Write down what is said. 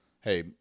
hey